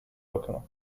okno